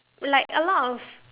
like a lot of